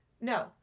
No